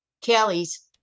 Kelly's